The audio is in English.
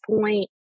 point